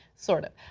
sort of.